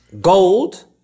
gold